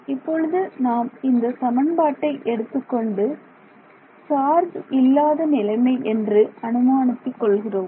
இப்பொழுது நாம் இந்த சமன்பாட்டை எடுத்துக்கொண்டு சார்ஜ் இல்லாத நிலைமை என்று அனுமானித்துக் கொள்கிறோம்